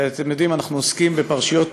ואתם יודעים, אנחנו עוסקים בפרשיות,